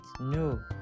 no